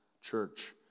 church